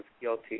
guilty